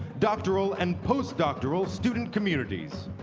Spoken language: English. doctoral and postdoctoral student communities.